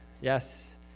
Yes